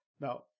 Now